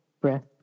breath